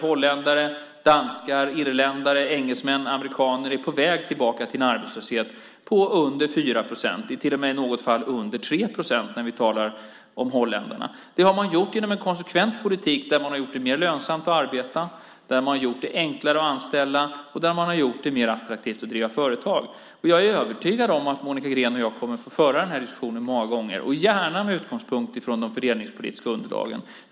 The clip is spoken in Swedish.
Holländare, danskar, irländare, engelsmän och amerikaner är på väg tillbaka till en arbetslöshet som ligger under 4 procent, och till och med i något fall under 3 procent, och då talar vi om holländarna. Det har skett genom en konsekvent politik där man har gjort det mer lönsamt att arbeta, enklare att anställa och mer attraktivt att driva företag. Jag är övertygad om att Monica Green och jag kommer att få föra den här diskussionen många gånger, och då gärna med utgångspunkt i de fördelningspolitiska underlagen.